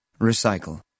Recycle